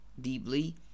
deeply